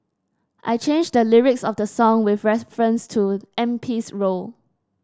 I changed the lyrics of the song with reference to M P's role